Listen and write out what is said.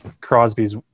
Crosby's